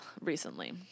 recently